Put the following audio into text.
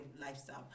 lifestyle